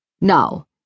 now